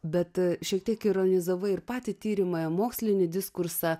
bet šiek tiek ironizavau ir patį tyrimą mokslinį diskursą